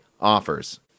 Offers